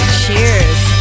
cheers